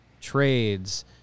trades